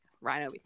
Rhino